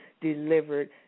delivered